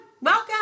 Welcome